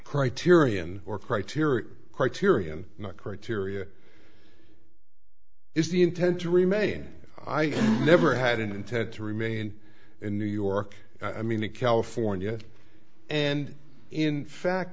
criterion or criteria criterion not criteria is the intent to remain i never had an intent to remain in new york i mean in california and in fact